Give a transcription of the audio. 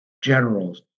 generals